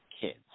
kids